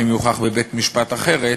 אם יוכח בבית-משפט אחרת,